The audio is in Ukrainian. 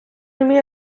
уміє